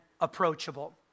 approachable